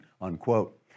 unquote